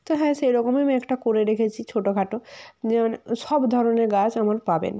তো হ্যাঁ সেরকমই আমি একটা করে রেখেছি ছোটোখাটো যে মানে সব ধরনের গাছ আমার পাবেন